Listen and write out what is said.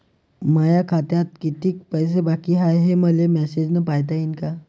माया खात्यात कितीक पैसे बाकी हाय, हे मले मॅसेजन पायता येईन का?